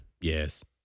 Yes